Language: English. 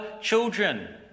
children